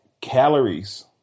calories